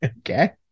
Okay